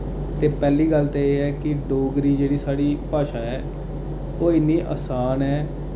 ते पैह्ली गल्ल ते एह् ऐ कि डोगरी जेह्ड़ी साढ़ी भाशा ऐ ओह् इन्नी असान ऐ